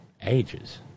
ages